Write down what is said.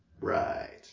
Right